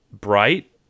bright